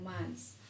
months